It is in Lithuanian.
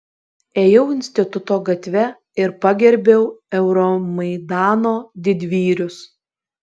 ėjau instituto gatve ir pagerbiau euromaidano didvyrius